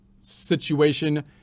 situation